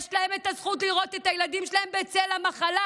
יש את הזכות לראות את הילדים שלהם בצל המחלה,